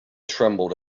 trembled